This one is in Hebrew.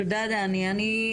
תודה דני,